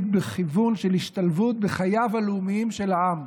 בכיוון של השתלבות בחייו הלאומיים של העם.